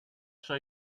show